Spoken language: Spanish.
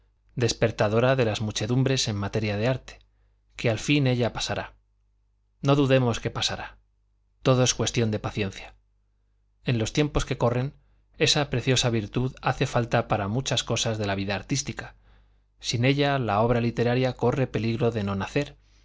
despertadora de las muchedumbres en materias de arte que al fin ella pasará no dudemos que pasará todo es cuestión de paciencia en los tiempos que corren esa preciosa virtud hace falta para muchas cosas de la vida artística sin ella la obra literaria corre peligro de no nacer